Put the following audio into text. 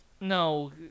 No